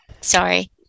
Sorry